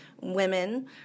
women